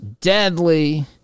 deadly